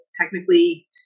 technically